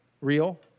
real